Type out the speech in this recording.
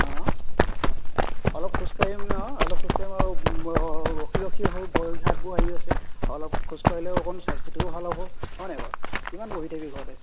অঁ অলপ খোজ কাঢ়িম অঁ অলপ খোজ কাঢ়িম আৰু ৰখি ৰখি হ'ল ভযৰি হাতবোৰ হেৰি হৈছে অলপ খোজ কাঢ়িলেও অকণ স্বাস্থ্যটোও ভাল হ'ব হয়নে বাৰু কিমান বহি থাকিবি ঘৰতে